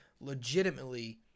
legitimately